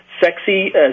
sexy